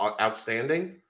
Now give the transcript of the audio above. outstanding